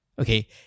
Okay